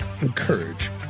encourage